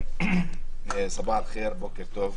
בוקר טוב.